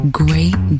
great